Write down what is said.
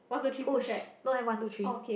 push don't have one two three